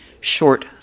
short